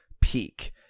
peak